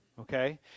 okay